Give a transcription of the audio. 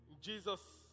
Jesus